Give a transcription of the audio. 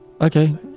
Okay